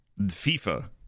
FIFA